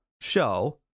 show